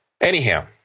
Anyhow